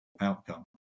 outcome